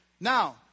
Now